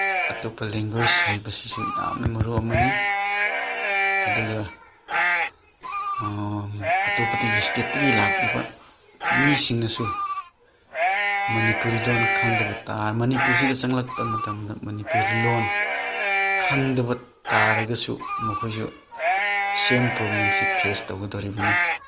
ꯑꯇꯣꯞꯄ ꯂꯦꯡꯒ꯭ꯋꯦꯁ ꯍꯩꯕꯁꯤꯁꯨ ꯌꯥꯝꯅ ꯃꯔꯨ ꯑꯃꯅꯤ ꯑꯗꯨꯒ ꯑꯇꯣꯞꯄꯗꯒꯤ ꯁ꯭ꯇꯦꯠꯇꯒꯤ ꯂꯥꯛꯂꯤꯕ ꯃꯤꯁꯤꯡꯅꯁꯨ ꯃꯅꯤꯄꯨꯔꯤ ꯂꯣꯟ ꯈꯪꯗꯕ ꯃꯅꯤꯄꯨꯔꯁꯤꯗ ꯆꯪꯂꯛꯄ ꯃꯇꯝꯗ ꯃꯅꯤꯄꯨꯔꯤ ꯂꯣꯟ ꯈꯪꯗꯕ ꯇꯥꯔꯒꯁꯨ ꯃꯈꯣꯏꯁꯨ ꯁꯦꯝ ꯄ꯭ꯔꯣꯕ꯭ꯂꯦꯝꯁꯤ ꯐꯦꯁ ꯇꯧꯒꯗꯣꯔꯤꯕꯅꯤ